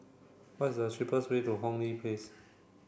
what is the cheapest way to Hong Lee Place